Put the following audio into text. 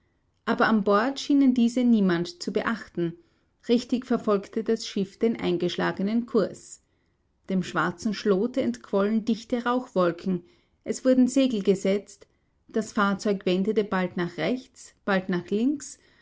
aber an bord schien diese niemand zu beachten richtig verfolgte das schiff den eingeschlagenen kurs dem schwarzen schlot entquollen dichte rauchwolken es wurden segel gesetzt das fahrzeug wendete bald nach rechts bald nach links